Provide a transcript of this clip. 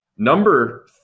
Number